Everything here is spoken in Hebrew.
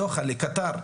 לקטר,